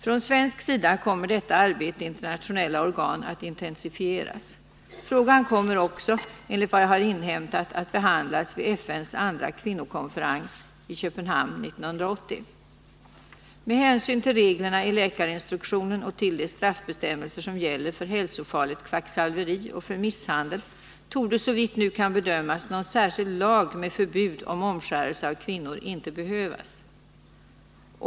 Från svensk sida kommer detta arbete i internationella organ att intensifieras. Frågan kommer också, enligt vad jag har inhämtat, att behandlas vid FN:s andra kvinnokonferens i Köpenhamn 1980. Med hänsyn till reglerna i läkarinstruktionen och till de straffbestämmelser som gäller för hälsofarligt kvacksalveri och för misshandel torde, såvitt nu kan bedömas, någon särskild lag med förbud mot omskärelse av kvinnor inte behövas.